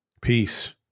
Peace